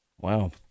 Wow